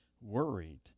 worried